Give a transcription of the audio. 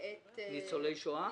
ניצולי שואה?